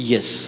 Yes